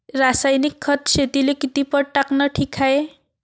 रासायनिक खत शेतीले किती पट टाकनं ठीक हाये?